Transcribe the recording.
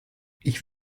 ich